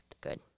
good